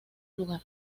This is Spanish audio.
lugar